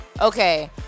Okay